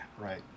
Right